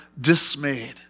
dismayed